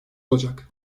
olacak